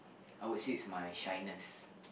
I would say it's my shyness